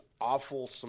awful